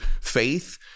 faith